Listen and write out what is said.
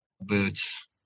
boots